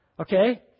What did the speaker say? Okay